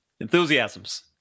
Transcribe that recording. Enthusiasms